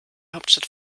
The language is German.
hauptstadt